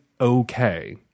okay